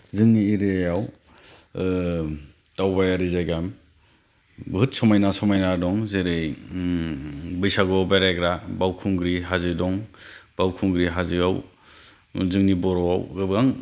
जोंनि एरियाआव दावबायारि जायगा बुहुद समायना समायना दं जेरै बैसागुआव बेरायग्रा बावखुंग्रि हाजो दं बावखुंग्रि हाजोआव जोंनि बर'आव गोबां